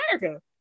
America